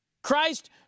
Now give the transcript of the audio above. Christ